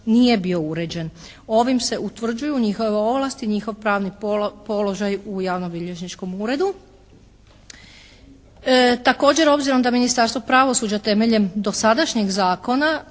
nije bio uređen. Ovim se utvrđuju njihove ovlasti, njihov pravni položaj u javno-bilježničkom uredu. Također, obzirom da Ministarstvo pravosuđa temeljem dosadašnjeg zakona